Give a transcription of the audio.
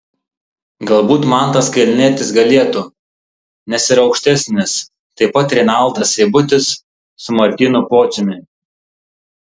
galbūt mantas kalnietis galėtų nes yra aukštesnis taip pat renaldas seibutis su martynu pociumi